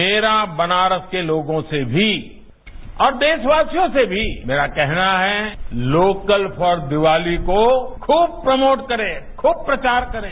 मेरा बनारस के लोगों से भी और देशवासियों से भी मेरा कहना है कि लोकल फॉर दीवाली को खूब प्रमोट करें खूब प्रचार करें